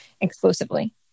exclusively